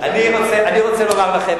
אני רוצה לומר לכם,